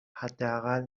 حداقل